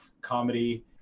comedy